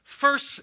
first